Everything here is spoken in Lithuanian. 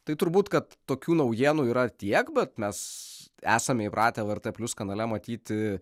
tai turbūt kad tokių naujienų yra tiek bet mes esame įpratę lrt plius kanale matyti